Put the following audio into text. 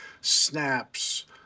snaps